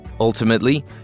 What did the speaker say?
Ultimately